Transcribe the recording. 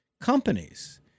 companies